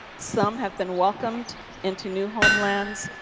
some have been welcomed into new homelands,